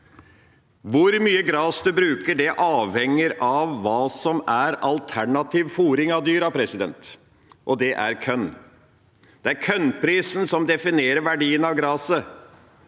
Hvor mye gras du bruker, avhenger av hva som er alternativ fôring av dyrene, og det er korn. Det er kornprisen som definerer verdien av graset.